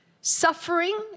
Suffering